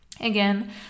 again